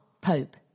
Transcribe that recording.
Pope